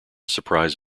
surprise